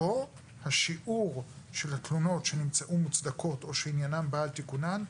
פה שיעור התלונות שנמצאו מוצדקות או שעניינן בא על תיקונן,